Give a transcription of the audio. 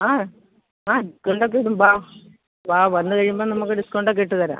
ആ ആ ഡിസ്കൗണ്ടൊക്കിടും ബാ വാ വന്ന് കഴിയുമ്പം നമുക്ക് ഡിസ്കൗണ്ടൊക്കിട്ട് തരാം